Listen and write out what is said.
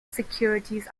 securities